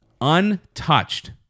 untouched